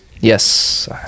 yes